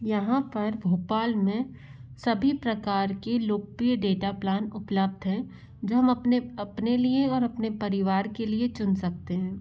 यहाँ पर भोपाल में सभी प्रकार की लोकप्रिय डेटा प्लान उप्लब्ध हैं जो हम अपने अपने लिए और अपने परिवार के लिए चुन सकते हैं